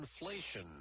inflation